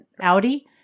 Audi